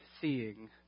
seeing